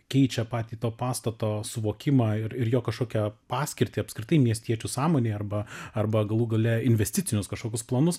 keičia patį to pastato suvokimą ir ir jo kažkokią paskirtį apskritai miestiečių sąmonėj arba arba galų gale investicinius kažkokius planus